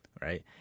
Right